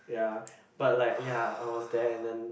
ya but like ya I was there and then